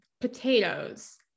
potatoes